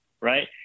right